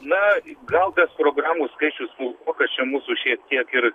na gal tas programų skaičius smulkokas čia mūsų šiek tiek ir